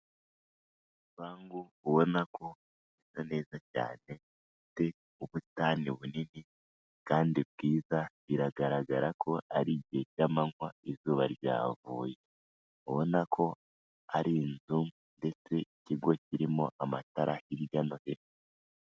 Igipangu ubona ko gisa neza cyane, gifite ubusitani bunini kandi bwiza biragaragara ko ari igihe cy'amanywa, izuba ryavuye. Ubona ko ari inzu ndetse ikigo kirimo amatara hirya no hino.